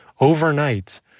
overnight